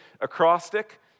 acrostic